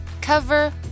cover